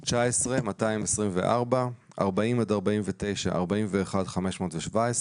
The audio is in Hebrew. לא, זאת ההקראה האחרונה ועל זה נצביע כשנצביע.